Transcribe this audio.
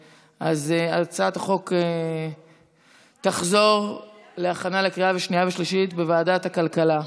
הצעת החוק תחזור להכנה לקריאה שנייה ושלישית לוועדת הכלכלה.